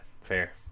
fair